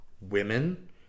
women